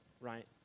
right